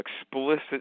explicit